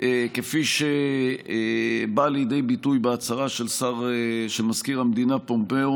כפי שהיא באה לידי ביטוי בהצהרה של מזכיר המדינה פומפאו